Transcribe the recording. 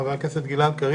חבר הכנסת פינדרוס